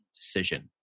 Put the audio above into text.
decision